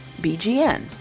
BGN